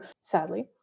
sadly